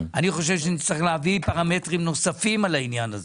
אני חושב שנצטרך להביא פרמטרים נוספים על העניין הזה.